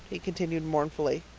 he continued mournfully,